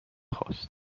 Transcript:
خواست